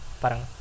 parang